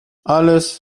alles